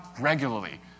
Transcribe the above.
regularly